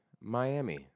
Miami